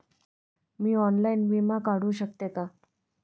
मी online विमा काढू शकते का?